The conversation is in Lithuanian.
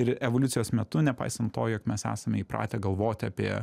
ir evoliucijos metu nepaisant to jog mes esame įpratę galvoti apie